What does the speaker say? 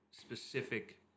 specific